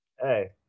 Hey